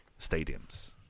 stadiums